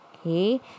Okay